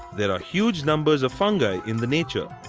there are huge numbers of fungi in the nature.